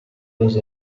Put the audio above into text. los